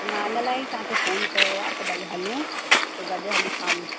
त मां इन लाइ ई तव्हां खे फोन कयो आहे त भई हलूं पोइ गॾु हली खाऊं